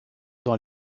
dans